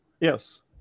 Yes